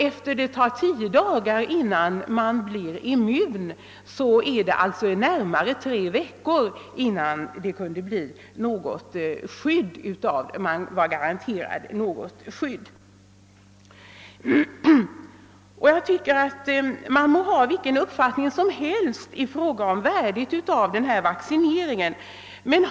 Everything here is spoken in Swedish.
Eftersom det dröjer tio dagar innan en vaccinerad person blir immun, hade alltså närmare tre veckor hunnit förflyta innan någon kunde garanteras ett skydd. Man må ha vilken uppfattning man vill om värdet av vaccineringen i fråga.